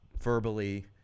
verbally